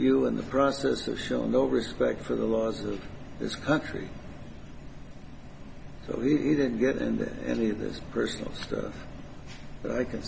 you in the process to show no respect for the laws of this country so he didn't get into any of this personal stuff but i can